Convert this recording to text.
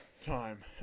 time